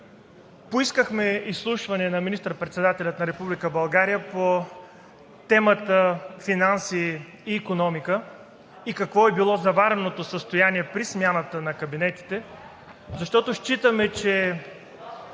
Поискахме изслушване на министър-председателя на Република България по темата „Финанси и икономика“ и какво е било завареното състояние при смяната на кабинетите, защото считаме, че